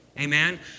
Amen